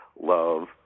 love